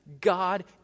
God